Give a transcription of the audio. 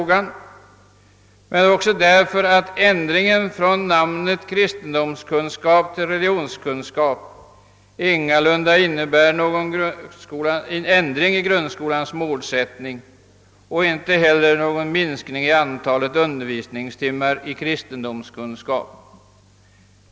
Jag har också velat påpeka att ändringen av namnet från kristendomskunskap till religionskunskap ingalunda innebär någon ändring i grundskolans målsättning och inte heller minskning i antalet undervisningstimmar i kristendomskunskap.